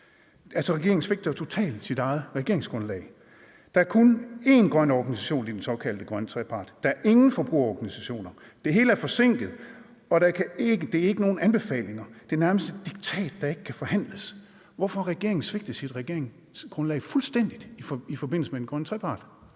Regering svigter jo totalt sit eget regeringsgrundlag. Der er kun én grøn organisation i den såkaldte grønne trepart; der er ingen forbrugerorganisationer; det hele er forsinket; og det er ikke nogle anbefalinger, det er nærmest et diktat, der ikke kan forhandles. Hvorfor har regeringen svigtet sit regeringsgrundlag fuldstændig i forbindelse med den grønne trepart?